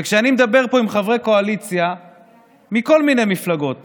וכשאני מדבר פה עם חברי קואליציה מכל מיני מפלגות